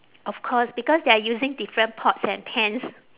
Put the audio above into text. of course because they are using different pots and pans